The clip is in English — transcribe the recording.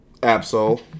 Absol